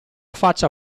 faccia